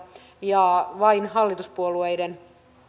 ja vain hallituspuolueiden